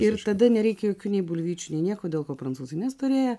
ir tada nereikia jokių nei bulvyčių nei nieko dėl ko prancūzai nestorėja